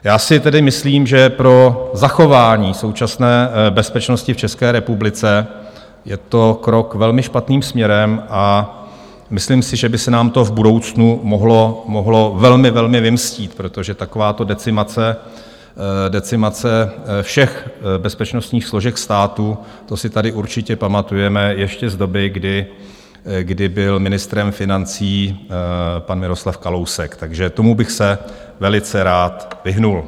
Já si myslím, že pro zachování současné bezpečnosti v České republice je to krok velmi špatným směrem, a myslím si, že by se nám to v budoucnu mohlo velmi, velmi vymstít, protože takováto decimace všech bezpečnostních složek státu, to si tady určitě pamatujeme ještě z doby, kdy byl ministrem financí pan Miroslav Kalousek, takže tomu bych se velice rád vyhnul.